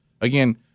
again